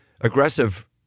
aggressive